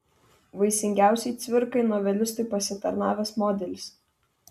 vaisingiausiai cvirkai novelistui pasitarnavęs modelis